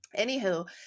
Anywho